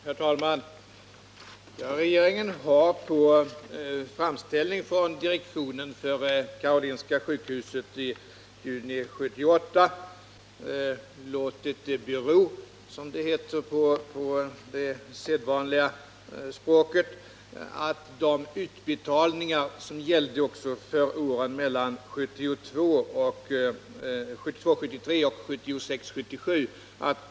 Herr talman! Regeringen har på framställning från direktionen för Karolinska sjukhuset i juni 1978 låtit det bero, som det heter med sedvanligt språkbruk, att de utbetalningar som gjordes åren mellan 1972 77 har gjorts.